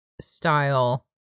style